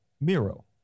Miro